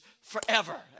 forever